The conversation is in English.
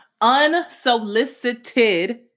Unsolicited